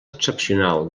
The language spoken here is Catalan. excepcional